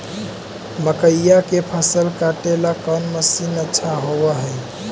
मकइया के फसल काटेला कौन मशीन अच्छा होव हई?